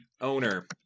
owner